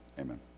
amen